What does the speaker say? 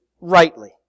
rightly